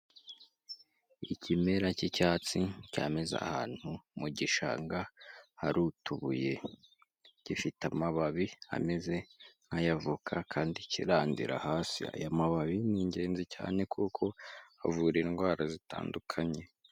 Ikimera cy'icyatsi cyameze ahantu mu gishanga, hari utubuye gifite amababi ameze nk'ay'avoka kandi kirandira hasi aya mababi ni ingenzi cyane kuko avura indwara zitandukanye.